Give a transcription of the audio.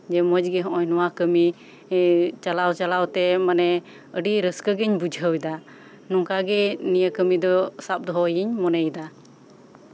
ᱢᱚᱸᱡᱜᱮ ᱱᱚᱜ ᱚᱭ ᱱᱚᱣᱟ ᱠᱟᱹᱢᱤ ᱪᱟᱞᱟᱣ ᱪᱟᱞᱟᱣᱛᱮ ᱟᱹᱰᱤ ᱨᱟᱹᱥᱠᱟᱹ ᱜᱤᱧ ᱵᱩᱡᱷᱟᱹᱣᱫᱟ ᱱᱚᱝᱠᱟᱜᱮ ᱱᱤᱭᱟᱹ ᱠᱟᱹᱢᱤ ᱫᱚ ᱥᱟᱵ ᱫᱚᱦᱚ ᱤᱧ ᱢᱚᱱᱮᱭ ᱫᱟ